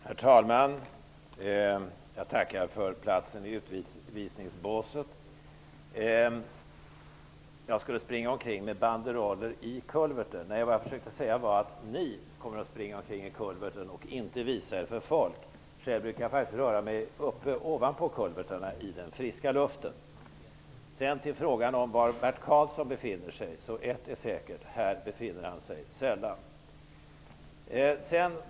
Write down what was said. Herr talman! Jag tackar för platsen i utvisningsbåset. Jag skulle springa omkring med banderoller i kulverten. Nej, vad jag försökte säga var att ni kommer att springa omkring i kulverten och inte visa er för folk. Jag brukar faktiskt röra mig ovanpå kulverten i friska luften. Till frågan om var Bert Karlsson befinner sig är ett säkert; här befinner han sig sällan.